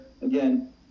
again